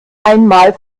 einmal